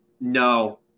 No